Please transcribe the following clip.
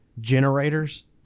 generators